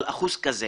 אבל אחוז כזה